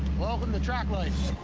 welcome to track life.